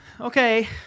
Okay